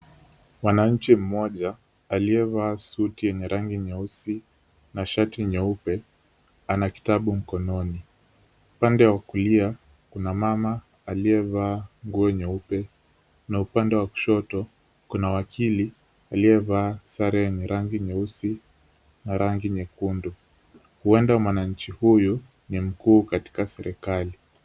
Mwananchi mmoja aliyevaa suti yenye rangi nyeusi na shati nyeupe ana kitabu mkononi. Upande wa kulia kuna mama aliyevaa nguo nyeupe na upande wa kushoto kuna wakili aliyevaa sare yenye rangi nyeusi na rangi nyekundu huenda mwananchi huyu ni mkuu katika serikali.